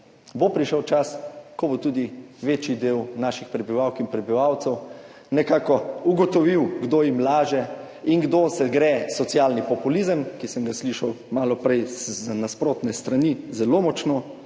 bo prišel čas, ko bo tudi večji del naših prebivalk in prebivalcev nekako ugotovil, kdo jim laže in kdo se gre socialni populizem, ki sem ga slišal malo prej z nasprotne strani zelo močno,